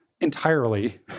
entirely